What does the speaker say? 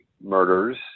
murders